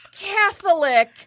Catholic